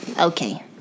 Okay